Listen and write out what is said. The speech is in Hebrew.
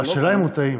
השאלה היא אם הוא טעים.